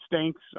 stinks